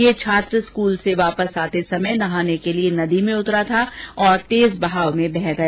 ये छात्र स्कूल से वापस आते समय नहाने के लिए नदी में उतरा था और तेज बहाव में बह गया